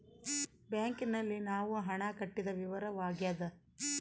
bank ನಲ್ಲಿ ನಾವು ಹಣ ಕಟ್ಟಿದ ವಿವರವಾಗ್ಯಾದ